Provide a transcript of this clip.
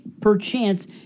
perchance